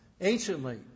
anciently